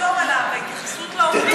ההתייחסות לעובדים.